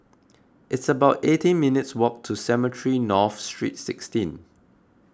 it's about eighteen minutes' walk to Cemetry North Street sixteen